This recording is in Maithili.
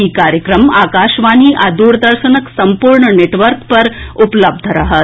ई कार्यक्रम आकाशवाणी आ दूरदर्शनक सम्पूर्ण नेटवर्क पर उपलब्ध रहत